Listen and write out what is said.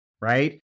right